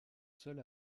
seul